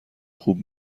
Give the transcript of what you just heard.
خوب